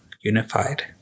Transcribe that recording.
unified